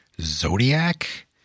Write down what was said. Zodiac